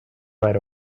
right